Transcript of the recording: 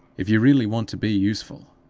if you really want to be useful,